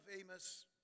Amos